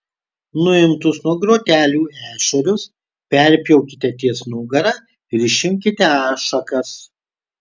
nuimtus nuo grotelių ešerius perpjaukite ties nugara ir išimkite ašakas